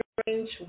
strange